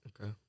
Okay